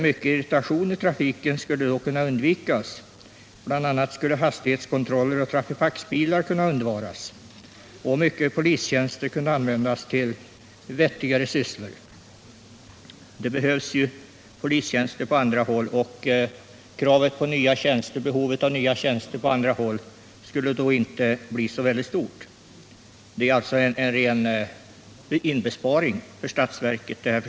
Mycken irritation i trafiken skulle då kunna undvikas; bl.a. skulle hastighetskontroller och trafipaxbilar kunna undvaras. Innehavarna av många polistjänster skulle kunna användas till vettigare sysslor — det behövs ju polistjänster också på andra håll — och kraven på nya sådana tjänster skulle minska. Mitt förslag skulle alltså innebära en ren besparing för statsverket.